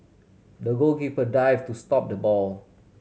the goalkeeper dive to stop the ball